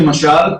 למשל,